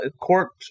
court